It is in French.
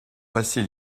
passer